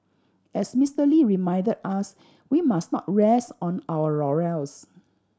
as Mister Lee reminded us we must not rest on our laurels